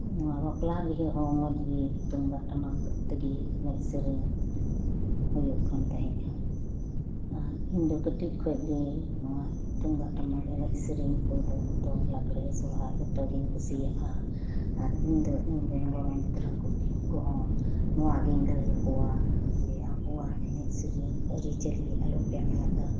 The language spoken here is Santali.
ᱱᱚᱣᱟ ᱵᱟᱯᱞᱟ ᱵᱤᱦᱟᱹ ᱦᱚᱸ ᱢᱚᱸᱡᱽ ᱜᱮ ᱛᱩᱢᱫᱟᱜ ᱴᱟᱢᱟᱠ ᱛᱮᱜᱮ ᱮᱱᱮᱡ ᱥᱮᱨᱮᱧ ᱦᱩᱭᱩᱜ ᱠᱟᱱ ᱛᱟᱦᱮᱸᱡᱟ ᱟᱨ ᱤᱧᱫᱚ ᱠᱟᱹᱴᱤᱡ ᱠᱷᱚᱡ ᱜᱮ ᱱᱚᱣᱟ ᱛᱩᱢᱫᱟᱜ ᱴᱟᱢᱟᱠ ᱮᱱᱮᱡ ᱥᱮᱨᱮᱧ ᱠᱚᱫᱚ ᱞᱟᱸᱜᱲᱮ ᱥᱚᱦᱚᱨᱟᱭ ᱡᱚᱛᱚᱜᱮᱧ ᱠᱩᱥᱤᱭᱟᱜᱼᱟ ᱟᱨ ᱤᱧ ᱫᱚ ᱤᱧ ᱨᱮᱱ ᱜᱚᱲᱚᱢ ᱜᱤᱫᱽᱨᱟᱹ ᱠᱚᱦᱚᱸ ᱱᱚᱣᱟ ᱜᱤᱧ ᱞᱟᱹᱭ ᱟᱠᱚᱣᱟ ᱡᱮ ᱟᱵᱚᱭᱟᱜ ᱮᱱᱮᱡ ᱥᱤᱨᱤᱧ ᱟᱹᱨᱤᱪᱟᱹᱞᱤ ᱟᱞᱚᱯᱮ ᱟᱫᱟ